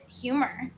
humor